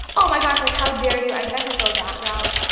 oh, my gosh, like how dare you. i never go that route.